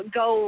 go